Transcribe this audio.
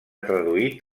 traduït